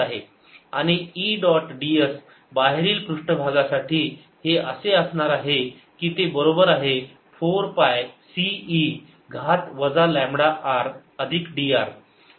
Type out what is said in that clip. आणि E dot ds बाहेरील पृष्ठभागास साठी हे असे असणार आहे की ते बरोबर आहे 4 पाय C e घात वजा लांबडा r अधिक dr